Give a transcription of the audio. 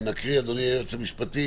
נקריא, אדוני היועץ המשפטי